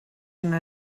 una